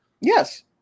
Yes